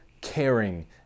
caring